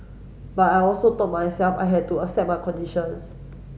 but I also told myself I had to accept my condition